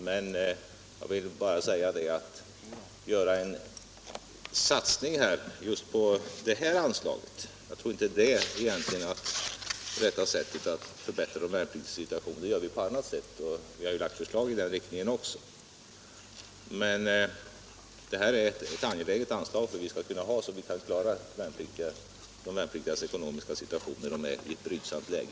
Men att göra en satsning just på det här anslaget tror jag inte är det rätta sättet att förbättra de värnpliktigas situation. Det gör vi på annat sätt, och vi har ju också lagt fram förslag i den riktningen. Detta är ett angeläget anslag som vi skall ha, så att vi kan klara den ekonomiska situationen för de värnpliktiga när de är i ett brydsamt läge.